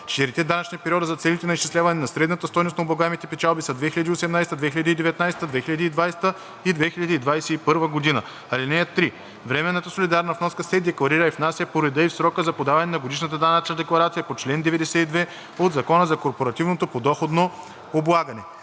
Четирите данъчни периода за целите на изчисляване на средната стойност на облагаемите печалби са 2018-а, 2019-а, 2020-а и 2021 г. (3) Временната солидарна вноска се декларира и внася по реда и в срока за подаване на годишната данъчна декларация по чл. 92 от Закона за корпоративното подоходно облагане.